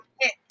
hit